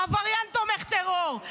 עבריין תומך טרור.